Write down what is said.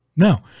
No